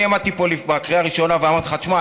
עמדתי פה בקריאה הראשונה ואמרתי לך: תשמע,